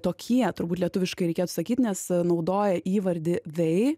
tokie turbūt lietuviškai reikėtų sakyt nes naudoja įvardį they